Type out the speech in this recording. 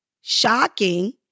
shocking